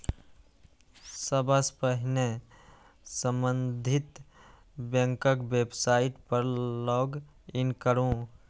सबसं पहिने संबंधित बैंकक वेबसाइट पर लॉग इन करू